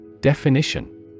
Definition